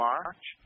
March